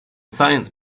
science